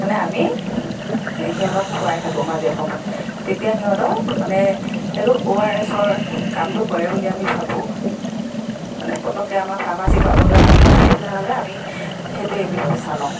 মানে আমি সিহঁতক খোৱাই থাকোঁ মাজে সময়ে তেতিয়া সিহঁতৰ মানে সেইটো অ' আৰ এচৰ কামটো কৰে বুলি ভাবোঁ মানে পটককৈ আমাৰ ফাৰমাৰ্চি পাবলৈ অলপমান অসুবিধা হ'লে আমি সেইটোৱে ব্যৱস্থা লওঁ